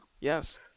Yes